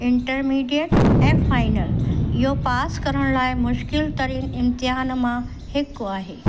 intermediate ऐं final इहो pass करण लाइ मुश्किलु इम्तिहानु मां हिकु आहे